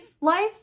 life